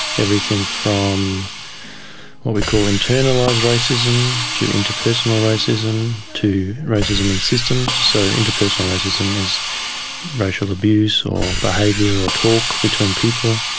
everything from what we call internalised to racism to interpersonal racism to racism in systems. so interpersonal racism is racial abuse or behaviour or talk between people,